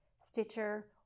Stitcher